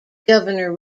governor